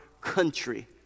country